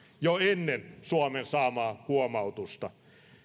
jo ennen suomen saamaa huomautusta